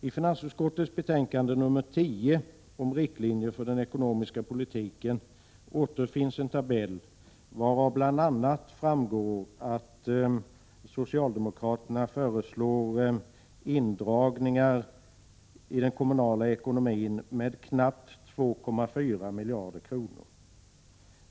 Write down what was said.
I finansutskottets betänkande nr 10 om riktlinjer för den ekonomiska politiken återfinns en tabell, varav det bl.a. framgår att socialdemokraterna föreslår indragningar i den kommunala ekonomin med knappt 2,4 miljarder kronor.